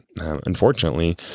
Unfortunately